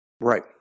Right